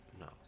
no